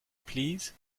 please